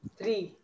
Three